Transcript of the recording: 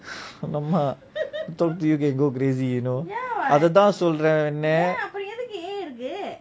!alamak! talk to you can go crazy you know அது தான் சொல்றன் வெண்ண:athu thaan solran venna